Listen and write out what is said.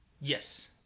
Yes